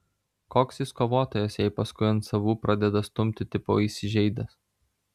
koks jis kovotojas jei paskui ant savų pradeda stumti tipo įsižeidęs